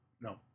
No